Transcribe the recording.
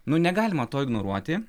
nu negalima to ignoruoti